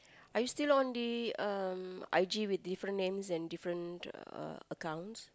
are you still on the um I_G with different names and different uh accounts